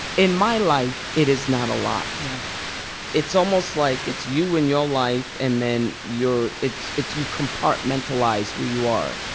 in my life, it is not a lot yeah it's almost like it's you and your life and then your it's it's you compartmentalize who you are.